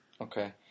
Okay